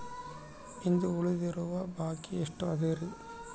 ಇಂದು ಉಳಿದಿರುವ ಬಾಕಿ ಎಷ್ಟು ಅದರಿ?